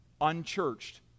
unchurched